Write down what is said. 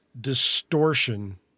distortion